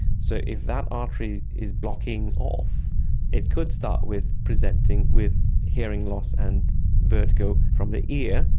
so if that artery is blocking off it could start with presenting with hearing loss and vertigo from the ear,